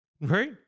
Right